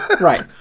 Right